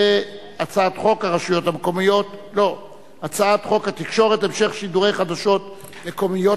הצעת חוק התקשורת (המשך שידורי חדשות מקומיות